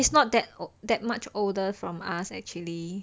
she's not that that much older from us actually